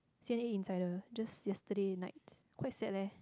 C_N_A insider just yesterday night quite sad leh